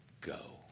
go